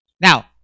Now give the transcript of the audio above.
Now